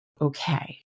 okay